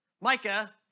Micah